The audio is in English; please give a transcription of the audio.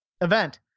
event